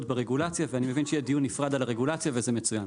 ברגולציה ואני מבין שיהיה דיון נפרד על הרגולציה וזה מצוין.